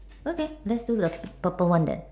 okay let's do the purple one then